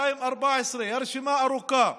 214. הרשימה ארוכה.